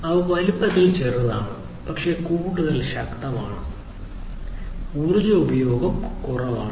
അവ വലുപ്പത്തിൽ ചെറുതാണ് പക്ഷേ കൂടുതൽ ശക്തമാണ് ഊർജ്ജ ഉപഭോഗം കുറവാണ്